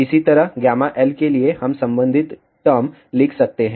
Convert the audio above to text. इसी तरह L के लिएहम संबंधित टर्म लिख सकते हैं